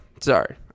sorry